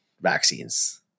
vaccines